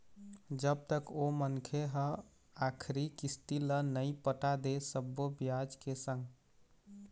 जब तक ओ मनखे ह आखरी किस्ती ल नइ पटा दे सब्बो बियाज के संग